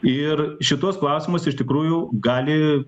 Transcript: ir šituos klausimus iš tikrųjų gali